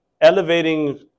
elevating